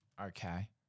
Okay